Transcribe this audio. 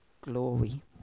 glory